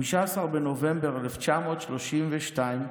15 בנובמבר 1932,